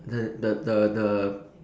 the the the the